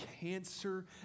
cancer